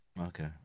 Okay